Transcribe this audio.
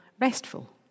restful